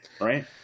right